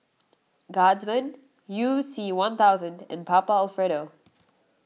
Guardsman You C one thousand and Papa Alfredo